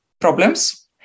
problems